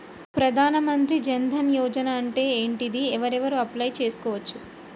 ప్రధాన మంత్రి జన్ ధన్ యోజన అంటే ఏంటిది? ఎవరెవరు అప్లయ్ చేస్కోవచ్చు?